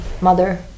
mother